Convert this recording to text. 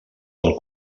del